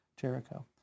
Jericho